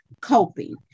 coping